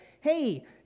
hey